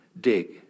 dig